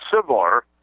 Similar